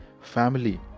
family